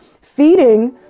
feeding